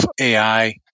AI